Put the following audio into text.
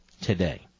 today